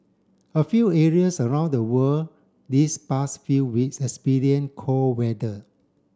a few areas around the world this past few weeks cold weather